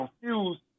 confused